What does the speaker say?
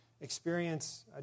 experience